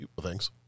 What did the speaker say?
Thanks